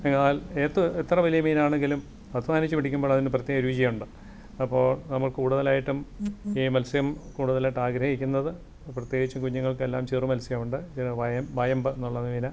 എങ്ങാല് എത്ര എത്ര വലിയ മീനാണെങ്കിലും അധ്വാനിച്ച് പിടിക്കുമ്പോൾ അതിന് പ്രത്യേക രുചിയുണ്ട് അപ്പോൾ അതാവുമ്പോൾ കൂടുതലായിട്ടും ഈ മത്സ്യം കൂടുതലായിട്ട് ആഗ്രഹിക്കുന്നത് പ്രത്യേകിച്ച് കുഞ്ഞുങ്ങൾക്ക് എല്ലാം ചെറുമത്സ്യവുണ്ട് വയം വയമ്പ് എന്നുള്ള മീൻ